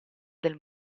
del